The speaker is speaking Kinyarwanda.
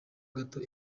gato